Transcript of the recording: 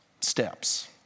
steps